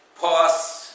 pause